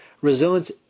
resilience